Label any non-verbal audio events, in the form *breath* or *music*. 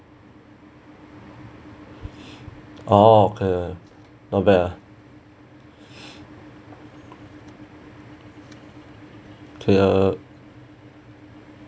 ok okay okay *breath* okay